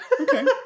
Okay